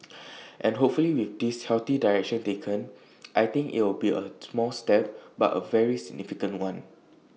and hopefully with this healthy direction taken I think it'll be A small step but A very significant one